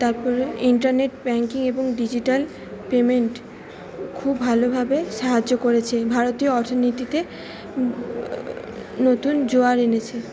তারপরে internet banking এবং digital payment খুব ভালোভাবে সাহায্য করেছে ভারতীয় অর্থনীতিতে নতুন জোয়ার এনেছে